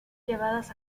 llevadas